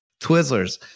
Twizzlers